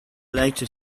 later